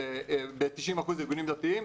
ב-90% ארגונים דתיים,